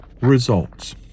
results